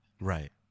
Right